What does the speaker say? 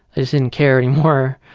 i just didn't care anymore,